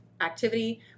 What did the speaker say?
activity